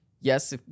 yes